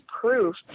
proof